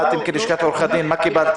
מה קיבלתם בלשכת עורכי הדין?